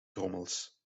trommels